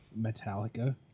Metallica